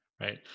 right